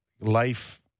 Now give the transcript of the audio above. life